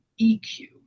EQ